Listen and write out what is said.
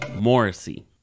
Morrissey